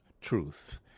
truth